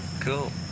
Cool